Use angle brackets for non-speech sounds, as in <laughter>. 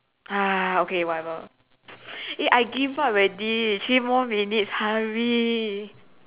<noise> okay whatever eh I give up already three more minutes hurry